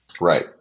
Right